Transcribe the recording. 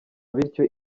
bityo